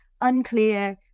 unclear